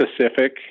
specific